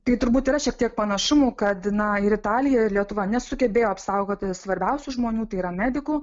tai turbūt yra šiek tiek panašumų kad na ir italija ir lietuva nesugebėjo apsaugoti svarbiausių žmonių tai yra medikų